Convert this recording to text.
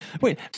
wait